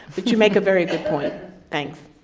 but you make a very good point. thanks.